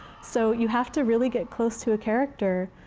so you have to really get close to a character.